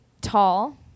tall